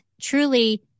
truly